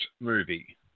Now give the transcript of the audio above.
movie